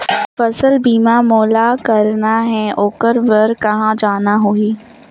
फसल बीमा मोला करना हे ओकर बार कहा जाना होही?